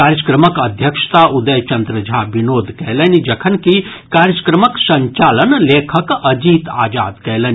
कार्यक्रमक अध्यक्षता उदय चंद्र झा विनोद कयलनि जखनकि कार्यक्रमक संचालन लेखक अजीत आजाद कयलनि